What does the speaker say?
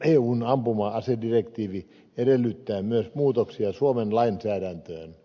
eun ampuma asedirektiivi edellyttää myös muutoksia suomen lainsäädäntöön